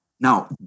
Now